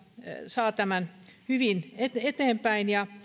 saa tämän hyvin eteenpäin ja